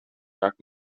dark